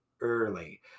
early